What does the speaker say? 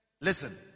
listen